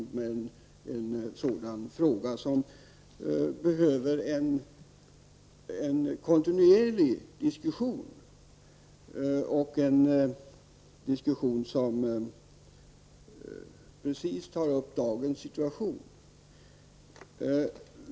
Den behöver en kontinuerlig diskussion och en diskussion som tar upp just dagens situation.